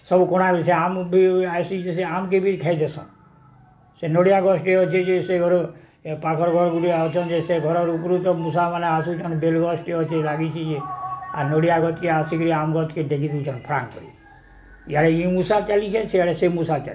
ସବୁ କଣା ହୋଇଛେ ଆମକୁ ବି ଆସିଛେ ସେ ଆମ୍କେ ବି ଖାଇ ଦେସନ୍ ସେ ନଡ଼ିଆ ଗଛଟି ଅଛେ ଯେ ସେ ଘର ପାଖର ଘର ଗୁଟିଏ ଅଛନ୍ ଯେ ସେ ଘରର ଉପରୁ ତ ମୂଷାମାନେ ଆସୁଛନ୍ ବେଲ୍ ଗଛଟେ ଅଛେ ଲାଗିଛି ଯେ ଆର୍ ନଡ଼ିଆ ଗଛକେ ଆସିକରି ଆମ ଗଛ୍କେ ଡେକି ଦେଉଛନ୍ ଫ୍ରାଙ୍କ କରି ଇଆଡ଼େ ଇ ମୂଷା ଚାଲିଯାଏ ସେଆଡ଼େ ସେ ମୂଷା ଚାଲିଯାଏ